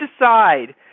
decide